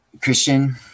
Christian